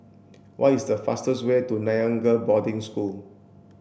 what is the fastest way to Nanyang Girls' Boarding School